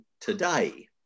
today